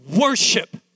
Worship